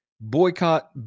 boycott